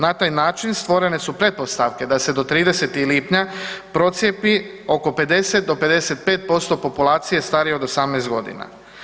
Na taj način stvorene su pretpostavke da se do 30. lipnja procijepi oko 50 do 55% populacije starije od 18 godina.